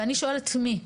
ואני שואלת מי?